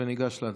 וניגש להצבעות.